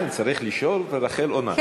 כן, צריך לשאול ורחל עונה.